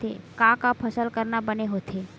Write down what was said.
का का फसल करना बने होथे?